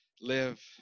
live